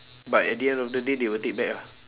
but at the end of the day they will take back ah